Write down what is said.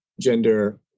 gender